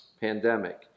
pandemic